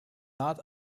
not